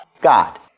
God